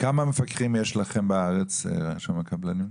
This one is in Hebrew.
כמה מפקחים יש לכם, רשם הקבלנים, בארץ?